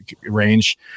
range